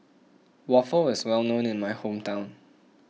Waffle is well known in my hometown